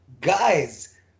guys